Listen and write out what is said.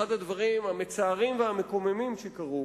אחד הדברים המצערים והמקוממים שקרו